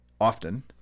often